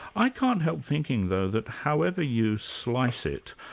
i can't help thinking though that however you slice it,